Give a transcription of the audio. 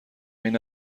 این